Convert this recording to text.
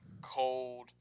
cold